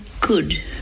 good